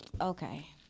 Okay